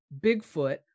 Bigfoot